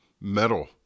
metal